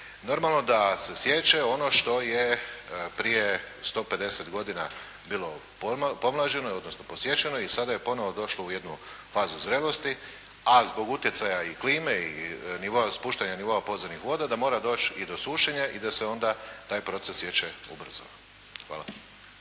Normalno da se siječe ono što je prije 150 godina bilo pomlađeno, odnosno posječeno je i sada je ponovo došlo u jedu fazu zrelosti, a zbog utjecaja i klime i nivoa, spuštanja nivoa podzemnih voda da mora doći i do sušenja i da se onda taj proces siječe ubrzao. Hvala.